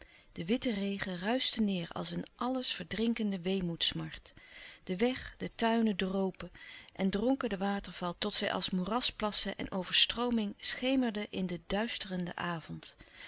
de witte regen ruischte neêr als een alles verdrinkende weelouis couperus de stille kracht moedsmart de weg de tuinen dropen en dronken den waterval tot zij als moerasplassen en overstrooming schemerden in den duisterenden avond